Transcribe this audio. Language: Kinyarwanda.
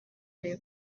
level